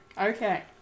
okay